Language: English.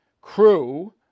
crew